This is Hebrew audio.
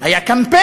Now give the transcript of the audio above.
היה קמפיין.